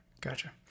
Gotcha